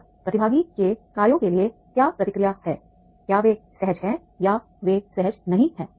और प्रतिभागी के कार्यों के लिए क्या प्रतिक्रिया है क्या वे सहज हैं या वे सहज नहीं हैं